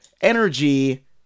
energy